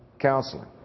counseling